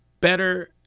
better